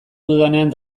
dudanean